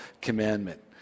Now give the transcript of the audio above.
commandment